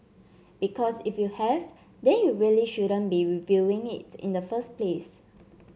because if you have then you really shouldn't be reviewing it in the first place